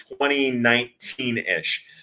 2019-ish